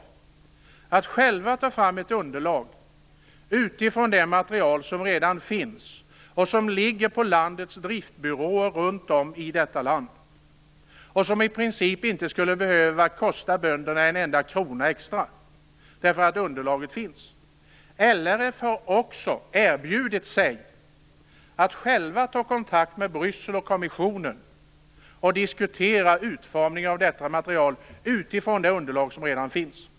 Man tar själv fram ett underlag utifrån det material som redan finns och som ligger på driftbyråerna runt om i detta land. I princip skulle det inte behöva kosta bönderna en enda krona extra, därför att underlaget finns. LRF har också erbjudit sig att själv ta kontakt med Bryssel och kommissionen och diskutera utformningen av detta material utifrån det underlag som redan finns.